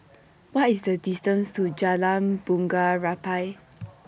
What IS The distance to Jalan Bunga Rampai